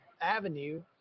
avenue